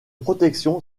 protection